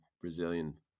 brazilian